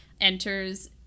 enters